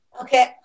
Okay